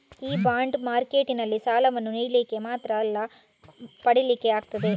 ಈ ಬಾಂಡ್ ಮಾರ್ಕೆಟಿನಲ್ಲಿ ಸಾಲವನ್ನ ನೀಡ್ಲಿಕ್ಕೆ ಮಾತ್ರ ಅಲ್ಲ ಪಡೀಲಿಕ್ಕೂ ಆಗ್ತದೆ